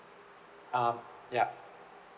um yup